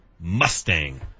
Mustang